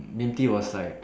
B_M_T was like